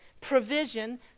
provision